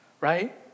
right